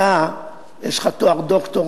אתה, יש לך גם תואר דוקטור.